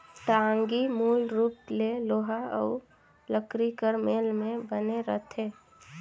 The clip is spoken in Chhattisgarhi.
टागी मूल रूप ले लोहा अउ लकरी कर मेल मे बने रहथे